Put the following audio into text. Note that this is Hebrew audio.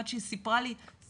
עד שהיא סיפרה לי סוף-סוף,